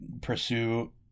pursue